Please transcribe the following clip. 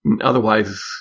otherwise